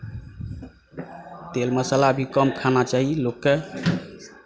तेल मसाला भी कम खाना चाही लोककेँ